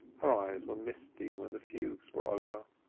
her eyes were misty when the fugues were over.